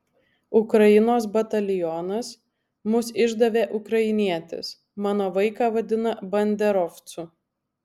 ukrainos batalionas mus išdavė ukrainietis mano vaiką vadina banderovcu